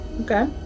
Okay